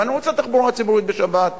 אני רוצה תחבורה ציבורית בשבת,